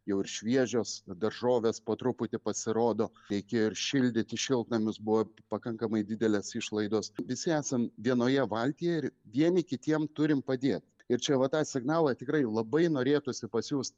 jau ir šviežios daržovės po truputį pasirodo reikėjo ir šildyti šiltnamius buvo pakankamai didelės išlaidos visi esam vienoje valtyje ir vieni kitiem turim padėt ir čia va tą signalą tikrai labai norėtųsi pasiųst